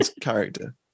character